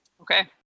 Okay